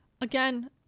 Again